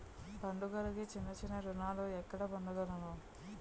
పండుగలకు చిన్న చిన్న రుణాలు ఎక్కడ పొందగలను?